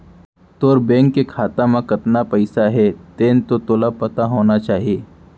तोर बेंक के खाता म कतना पइसा हे तेन तो तोला पता होना चाही?